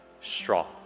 strong